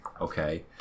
Okay